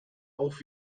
auch